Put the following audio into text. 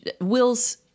Will's